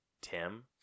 Tim